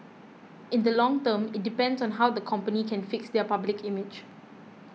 in the long term it depends on how the company can fix their public image